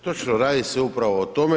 Točno, radi se upravo o tome.